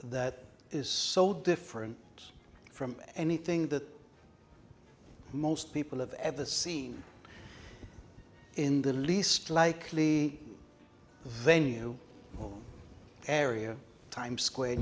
that is so different from anything that most people have ever seen in the least likely venue area times square